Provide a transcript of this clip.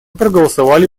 проголосовали